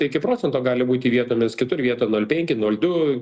iki procento gali būti vietomis kitur vietom nol penki nol du